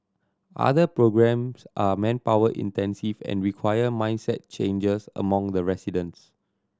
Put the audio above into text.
other programmes are manpower intensive and require mindset changes among the residents